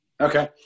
Okay